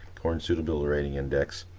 corn suitable rating index,